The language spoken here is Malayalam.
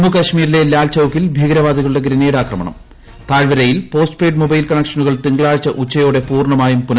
ജമ്മു കശ്മീരിലെ ലാൽചൌക്കീൽ ഭീകരവാദികളുടെ ഗ്രനേഡ് ന് ആക്രമണം താഴ്വരയിൽ പോസ്റ്റ്പെയ്ഡ് മൊബൈൽ കണക്ഷനുകൾ തിങ്കളാഴ്ച്ച് ഉച്ചയോടെ പൂർണ്ണമായും പുനഃസ്ഥാപിക്കും